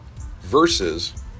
versus